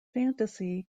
fantasy